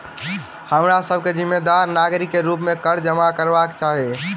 हमरा सभ के जिम्मेदार नागरिक के रूप में कर जमा करबाक चाही